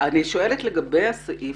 אני שואלת לגבי הסעיף